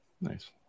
Nice